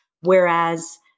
Whereas